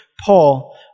Paul